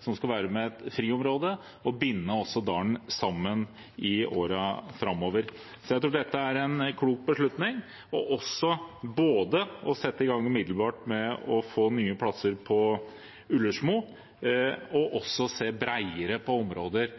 skal være et friområde og binde dalen sammen i årene framover. Så jeg tror dette er en klok beslutning, også det med å sette i gang umiddelbart med å få nye plasser på Ullersmo og se bredere på områder